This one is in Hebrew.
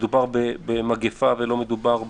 מדובר במגפה ולא מדובר במלחמה,